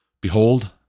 Behold